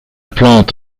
plante